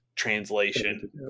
translation